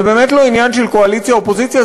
זה באמת לא עניין של קואליציה אופוזיציה,